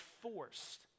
forced